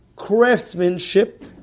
craftsmanship